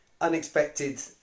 unexpected